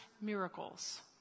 miracles